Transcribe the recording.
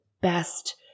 best